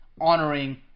Honoring